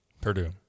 Purdue